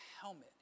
helmet